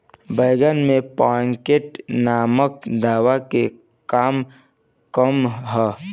बैंगन में पॉकेट नामक दवा के का काम ह?